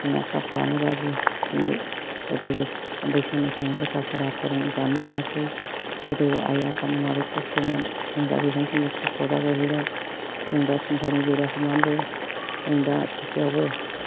जोंना खाफालानो गाज्रि दिनै गोदोबो उन्दै समनिफ्रायनो लेखा फरा फोरोंजानो मोनबोयासै गोदोबो आइ आफा मोनहानो खस्थ'मोन जों दा बेखायनो जों दा खस्थ' गोलैबाय जों दा संसारनि बेलायाव हाबनानैबो जों दा ससेआवबो